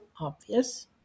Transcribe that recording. obvious